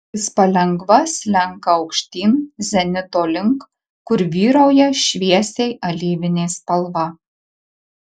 jis palengva slenka aukštyn zenito link kur vyrauja šviesiai alyvinė spalva